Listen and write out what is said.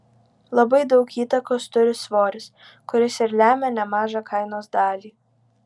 labai daug įtakos turi svoris kuris ir lemia nemažą kainos dalį